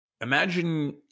imagine